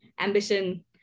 ambition